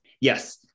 Yes